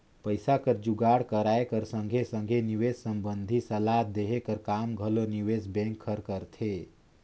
पइसा कर जुगाड़ कराए कर संघे संघे निवेस संबंधी सलाव देहे कर काम घलो निवेस बेंक हर करथे